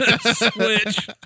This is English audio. Switch